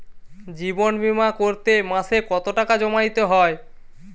জীবন বিমা করতে মাসে কতো টাকা জমা দিতে হয়?